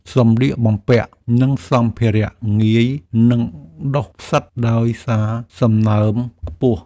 សម្លៀកបំពាក់ និងសម្ភារៈងាយនឹងដុះផ្សិតដោយសារសំណើមខ្ពស់។